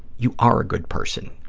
you are a good person.